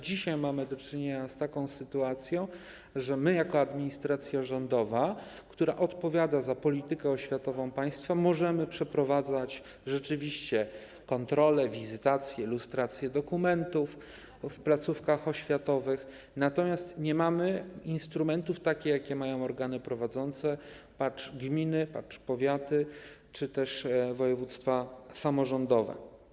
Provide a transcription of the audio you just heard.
Dzisiaj mamy do czynienia z taką sytuacją, że my jako administracja rządowa, która odpowiada za politykę oświatową państwa, rzeczywiście możemy przeprowadzać kontrole, wizytacje, lustracje dokumentów w placówkach oświatowych, natomiast nie mamy instrumentów takich, jakie mają organy prowadzące, patrz: gminy, powiaty czy też województwa samorządowe.